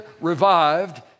revived